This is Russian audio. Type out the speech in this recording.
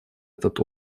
этот